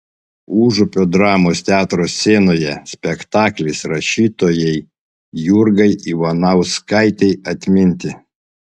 užupio dramos teatro scenoje spektaklis rašytojai jurgai ivanauskaitei atminti